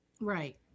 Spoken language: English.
Right